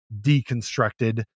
deconstructed